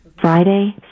Friday